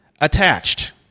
attached